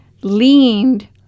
leaned